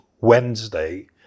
Wednesday